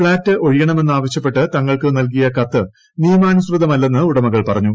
flat ഒഴിയണമെന്ന് ആവശൃപ്പെട്ട് തങ്ങൾക്ക് നൽകിയ കത്ത് നിയമാനുസൃതമല്ലെന്ന് ഉടമകൾ പറഞ്ഞു